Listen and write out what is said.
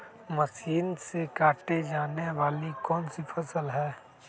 Machine से काटे जाने वाली कौन सी फसल है?